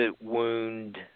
wound